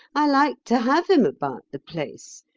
i like to have him about the place.